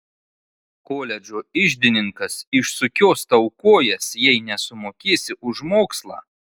koledžo iždininkas išsukios tau kojas jei nesumokėsi už mokslą